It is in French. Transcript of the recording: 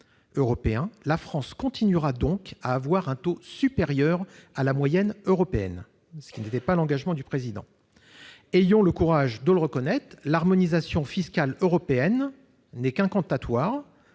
européens, la France continuera donc à avoir un taux supérieur à la moyenne européenne, ce qui ne correspond pas à l'engagement du Président de la République. Ayons le courage de le reconnaître, l'harmonisation fiscale européenne n'est qu'une incantation